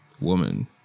woman